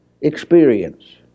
experience